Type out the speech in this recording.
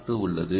R2 உள்ளது